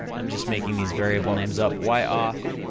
i'm just making these variable names up, y off,